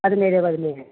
അത് നേരെ വരില്ലേ